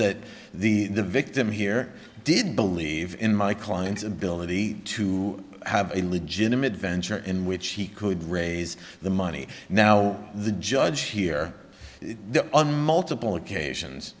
that the the victim here did believe in my client's ability to have a legitimate venture in which he could raise the money now the judge here on multiple occasions